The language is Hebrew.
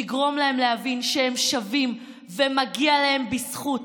לגרום להם להבין שהם שווים ומגיע להם בזכות